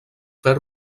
fer